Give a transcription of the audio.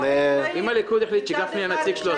--- אם הליכוד החליט שגפני יהיה הנציג שלו,